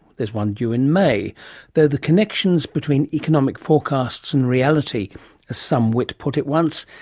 there's one due in may, though the connections between economic forecasts and reality, as some wit put it once,